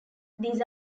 these